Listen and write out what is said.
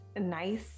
nice